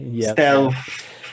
stealth